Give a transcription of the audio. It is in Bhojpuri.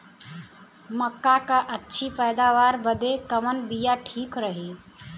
मक्का क अच्छी पैदावार बदे कवन बिया ठीक रही?